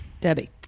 Debbie